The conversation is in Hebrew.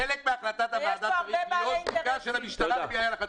חלק מהחלטת הוועדה צריך להיות בדיקה של המשטרה בלחצים.